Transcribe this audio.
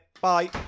Bye